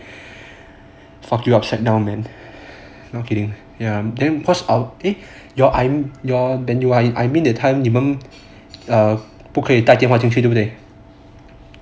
fuck you up shut down no kidding ya then cause our ya your man you I I mean that time 你们不可以带电话进去对不对